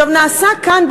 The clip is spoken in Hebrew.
נעשה כאן,